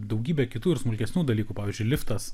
daugybė kitų ir smulkesnių dalykų pavyzdžiui liftas